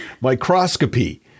microscopy